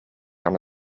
kan